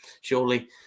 surely